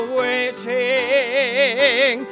waiting